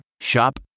Shop